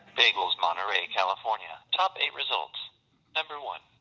bagels, monterey, and california. top eight results number one,